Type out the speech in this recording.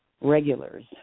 regulars